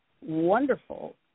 wonderful